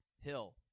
hill